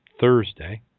Thursday